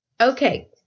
Okay